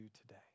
today